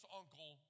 uncle